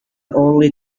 only